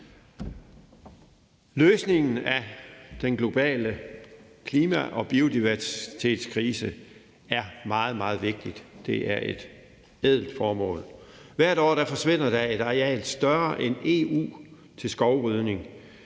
Løsningen af den globale klima- og biodiversitetskrise er meget, meget vigtig. Det er et ædelt formål. Hvert år forsvinder der i hele verden et areal større end EU til skovrydning.